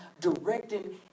directing